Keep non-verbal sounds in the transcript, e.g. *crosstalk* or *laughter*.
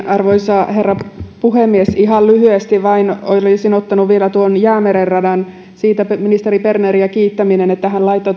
*unintelligible* arvoisa herra puhemies ihan lyhyesti vain olisin ottanut vielä tuon jäämeren radan siitä on ministeri berneriä kiittäminen että hän laittoi *unintelligible*